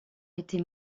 été